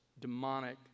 demonic